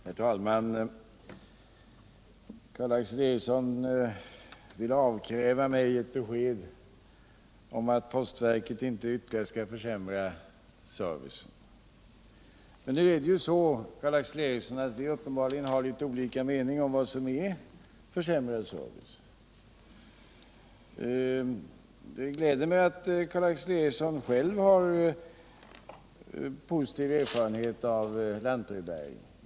Herr talman! Karl Erik Eriksson vill avkräva mig ett löfte att postverket inte skall försämra sin service ytterligare, men vi har uppenbarligen olika uppfattning om vad som är försämrad service. Det gläder mig att Karl Erik Eriksson har positiva erfarenheter av lantbrevbäringen.